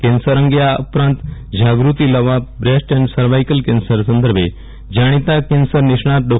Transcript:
cancer અંગે આ ઉપરાંત જાગૃતિ લાવવા બ્રેસ્ટ એન્ડ સર્વાઈકલ કેન્સર સંદર્ભે જાણીતા કેન્સર નિષ્ણાંત ડો